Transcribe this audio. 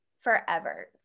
forever